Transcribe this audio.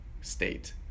state